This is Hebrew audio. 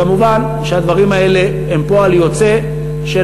ומובן שהדברים האלה הם פועל יוצא של